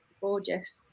gorgeous